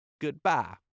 Goodbye